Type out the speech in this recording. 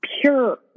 pure